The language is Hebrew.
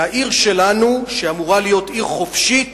העיר שלנו, שאמורה להיות עיר חופשית,